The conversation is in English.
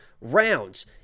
rounds